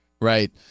Right